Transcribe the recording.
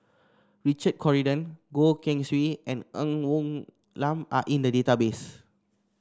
Richard Corridon Goh Keng Swee and Ng Woon Lam Are in the database